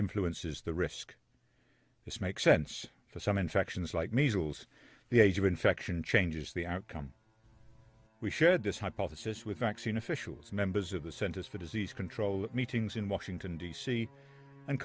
influences the risk this makes sense for some infections like measles the age of infection changes the outcome we shared this hypothesis with vaccine officials members of the centers for disease control meetings in washington d c and